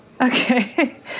Okay